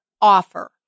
offer